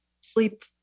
sleep